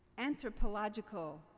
anthropological